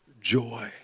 joy